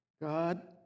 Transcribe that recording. God